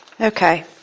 Okay